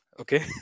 Okay